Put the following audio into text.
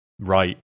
right